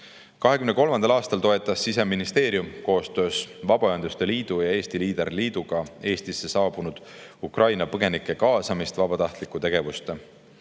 2023. aastal toetas Siseministeerium koostöös Vabaühenduste Liidu ja Eesti Leader Liiduga Eestisse saabunud Ukraina põgenike kaasamist vabatahtlikku tegevusse.